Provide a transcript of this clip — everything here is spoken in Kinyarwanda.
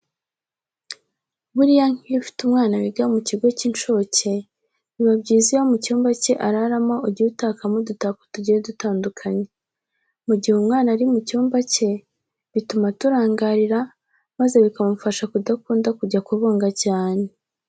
Buriya nk'iyo ufite umwana wiga mu kigo cy'incuke, biba byiza iyo mu cyumba cye araramo ugiye utakamo udutako tugiye dutandukanye. Mu gihe umwana ari mu cyumba cye bituma aturangarira maze bikamufasha kudakunda kujya kubunga cyane.